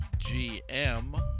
GM